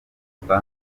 gusa